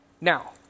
Now